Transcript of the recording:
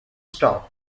stop